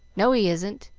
no, he isn't!